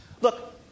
Look